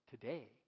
today